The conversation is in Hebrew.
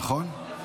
נכון?